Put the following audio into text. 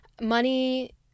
Money